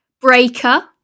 Breaker